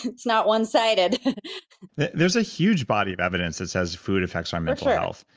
it's not one sided there's a huge body of evidence that says food affects our mental health,